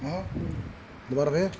ਹੈਂ ਦੁਬਾਰਾ ਫਿਰ